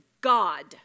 God